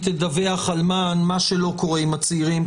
תדווח על מען מה שלא קורה עם הצעירים,